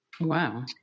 Wow